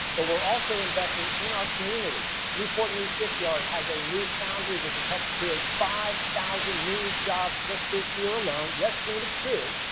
but we're also investing in our community. newport news shipyard has a new foundry which has helped create five thousand new jobs just this year alone, yes gene, it's true,